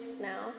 now